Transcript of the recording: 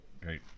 Great